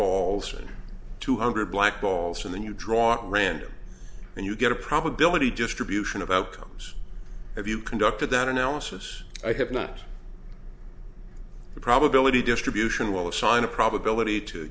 balls and two hundred black balls and then you draw it random and you get a probability distribution of outcomes if you conducted that analysis i have not the probability distribution will assign a probability to